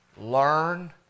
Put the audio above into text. learn